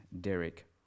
Derek